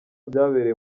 byabereye